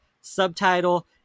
subtitle